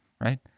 right